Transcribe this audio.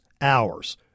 hours